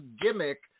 gimmick